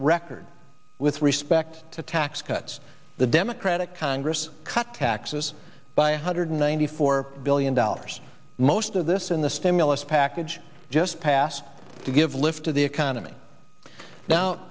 record with respect to tax cuts the democratic congress cut taxes by a hundred ninety four billion dollars most of this in the stimulus package just passed to give lift to the economy now